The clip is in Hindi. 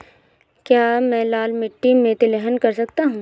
क्या मैं लाल मिट्टी में तिलहन कर सकता हूँ?